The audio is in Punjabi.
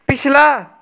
ਪਿਛਲਾ